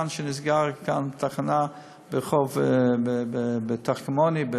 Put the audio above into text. נסגרה תחנה ברחוב תחכמוני,